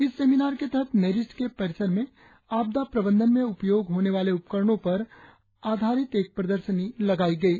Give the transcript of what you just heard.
इस सेमिनार के तहत नेरिस्ट के परिसर में आपदा प्रबंधन में उपयोग होने वाले उपकरणों पर आधिरित एक प्रदर्शनी लगाई गई है